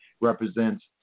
represents